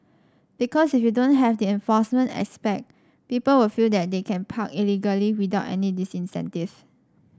because if you don't have the enforcement aspect people will feel that they can park illegally without any disincentive